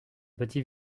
petit